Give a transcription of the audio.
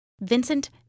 Vincent